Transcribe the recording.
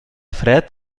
fred